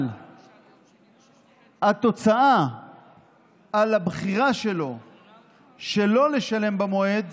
אבל התוצאה של בחירתו שלא לשלמו במועד